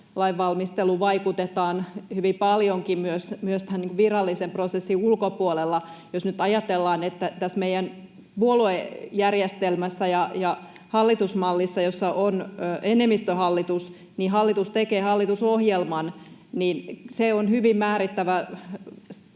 lainvalmisteluun vaikutetaan hyvin paljonkin myös tämän virallisen prosessin ulkopuolella. Jos nyt ajatellaan, että tässä meidän puoluejärjestelmässä ja hallitusmallissa, jossa on enemmistöhallitus, hallitus tekee hallitusohjelman, niin se on hyvin määrittävä